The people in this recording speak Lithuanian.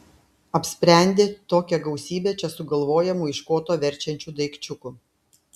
apsprendė tokią gausybę čia sugalvojamų iš koto verčiančių daikčiukų